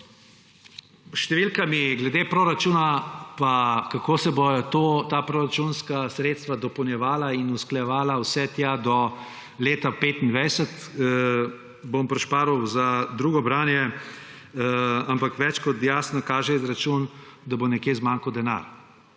Številke glede proračuna in kako se bodo ta proračunska sredstva dopolnjevala in usklajevala vse tja do leta 2025, bom prišparal za drugo branje, ampak več kot jasno kaže izračun, da bo nekje zmanjkal denar